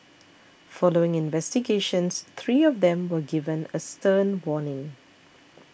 following investigations three of them were given a stern warning